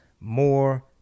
more